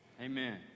Amen